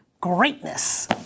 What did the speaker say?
greatness